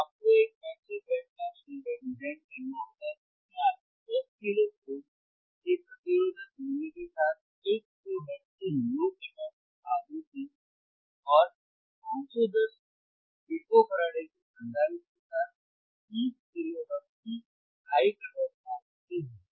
तो आपको एक passive band pass filter design करना होगा जिसमें आपको 10 किलो ओम के प्रतिरोधक मूल्य के साथ 1 किलोहर्ट्ज़ की लो कट ऑफ आवृत्ति और 510 पिको फैरड के संधारित्र के साथ 30 किलो हर्ट्ज की हाई कट ऑफ आवृत्ति है